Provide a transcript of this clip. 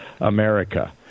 America